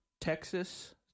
Texas